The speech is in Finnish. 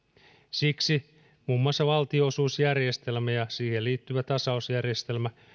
siksi muun muassa valtionosuusjärjestelmä ja siihen liittyvä tasausjärjestelmä